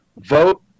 Vote